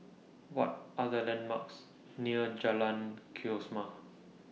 What Are The landmarks near Jalan Kesoma